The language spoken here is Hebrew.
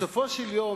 בסופו של יום,